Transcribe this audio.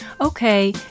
Okay